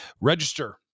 Register